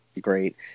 Great